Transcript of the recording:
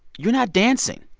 you're not dancing.